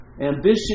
Ambition